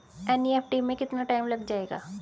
NEFT में कितना time लग जाएगा?